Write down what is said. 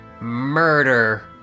Murder